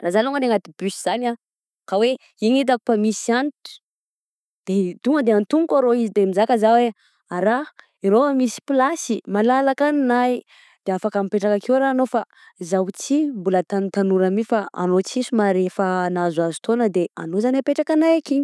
Raha za longany agnaty bus zany a, ka hoe iny hitako fa misy antitra tonga de antognoko arô izy de mizaka zah hoe: ara, erô a misy plasy malalaka anahy de afaka mipetraka akeo raha anao fa zaho ty mbola tanoranora mi anao ty somary efa nahazoazo taona de anao zany apetraka anay ankigny.